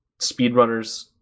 speedrunners